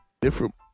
Different